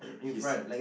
he's